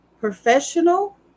professional